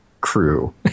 crew